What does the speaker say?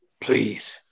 Please